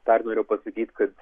dar noriu pasakyt kad